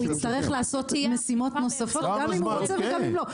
הוא יצטרך לעשות משימות נוספות גם אם הוא רוצה וגם אם לא,